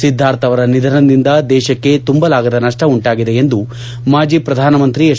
ಸಿದ್ದಾರ್ಥ್ ಅವರ ನಿಧನದಿಂದ ದೇಶಕ್ಕೆ ತುಂಬಲಾಗದ ನಷ್ಟ ಉಂಟಾಗಿದೆ ಎಂದು ಮಾಜಿ ಪ್ರಧಾನಮಂತ್ರಿ ಎಚ್